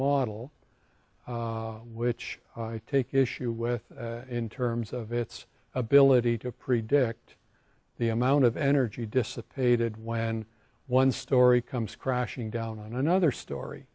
model which i take issue with in terms of its ability to predict the amount of energy dissipated when one story comes crashing down on another story